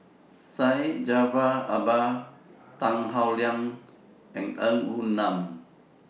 Syed Jaafar Albar Tan Howe Liang and Ng Woon Lam